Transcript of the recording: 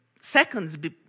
seconds